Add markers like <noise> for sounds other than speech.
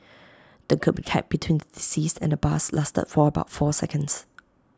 the <unintelligible> between the deceased and the bus lasted for about four seconds